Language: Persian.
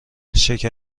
شکر